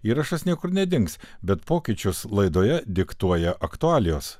įrašas niekur nedings bet pokyčius laidoje diktuoja aktualijos